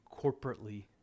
corporately